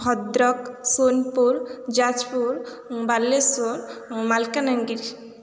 Bhadrak Sonepur Jajpur Balasore Malkangiri